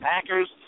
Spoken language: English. Packers